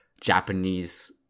Japanese